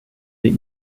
that